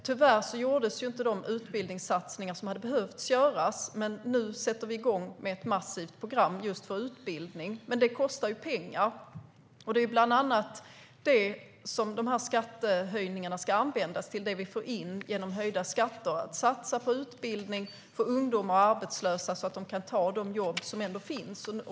Tyvärr gjordes inte de utbildningssatsningar som hade behövt göras, men nu sätter vi igång med ett massivt program just för utbildning. Men det kostar pengar. Och det är bland annat till detta som det vi får in genom höjda skatter ska användas. Det handlar om att satsa på utbildning för ungdomar och arbetslösa så att de kan ta de jobb som ändå finns.